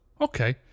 Okay